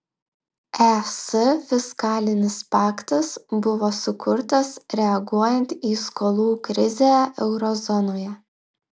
es fiskalinis paktas buvo sukurtas reaguojant į skolų krizę euro zonoje